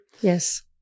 Yes